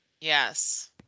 Yes